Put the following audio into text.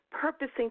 purposing